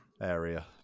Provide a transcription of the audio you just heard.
area